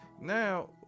Now